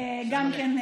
גם כן,